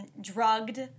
drugged